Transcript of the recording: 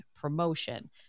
promotion